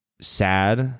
sad